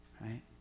right